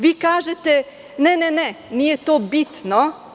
Vi kažete – ne, ne, ne, nije to bitno.